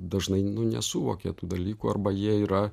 dažnai nesuvokia tų dalykų arba jie yra